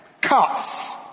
cuts